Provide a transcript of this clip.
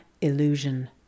Illusion